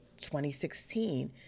2016